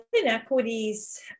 inequities